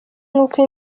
nk’uko